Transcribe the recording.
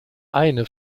eine